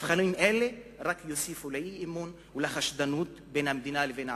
מבחנים אלה רק יוסיפו לאי-אמון ולחשדנות בין המדינה לבין הערבים.